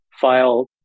file